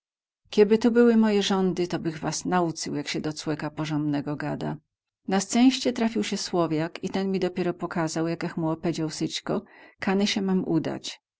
kieby tu moje były rządy to bych was naucył jak sie do cłeka porząmnego gada na scęście trafił sie słowiak i ten mi dopiero pokazał jakech mu opedział wsyćko kany sie mam udać